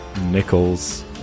nickels